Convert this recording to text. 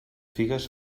figues